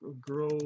grow